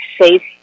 safe